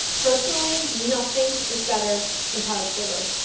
personally, nothing is better than powdered sugar.